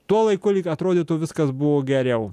tuo laiku lyg atrodytų viskas buvo geriau